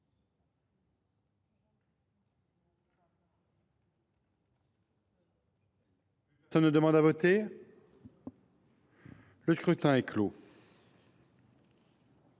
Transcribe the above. Personne ne demande plus à voter ?… Le scrutin est clos.